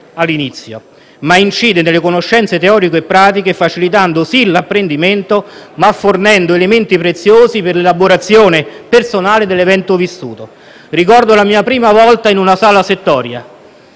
impaurisce, ma incide nelle conoscenze teoriche e pratiche, facilitando sì l'apprendimento, ma fornendo anche elementi preziosi per l'elaborazione personale dell'evento vissuto. Ricordo la mia prima volta in una sala settoria: